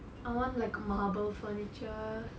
I want like marble furniture